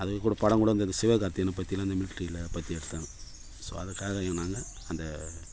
அதுக்குக்கூட படம் கூட வந்தது சிவகார்த்திகேயனை பற்றிலாம் அந்த மில்ட்ரியில் பற்றி எடுத்தான்னு ஸோ அதுக்காகவும் நாங்கள் அந்த